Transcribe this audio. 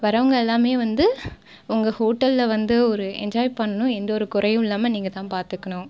வரவங்கள் எல்லாமே வந்து உங்கள் ஹோட்டலில் வந்து ஒரு என்ஜாய் பண்ணணும் எந்த ஒரு குறையும் இல்லாமல் நீங்கள் தான் பார்த்துக்கணும்